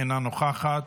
אינה נוכחת,